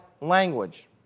language